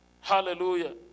hallelujah